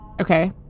Okay